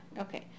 Okay